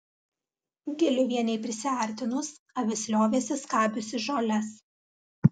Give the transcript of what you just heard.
giliuvienei prisiartinus avis liovėsi skabiusi žoles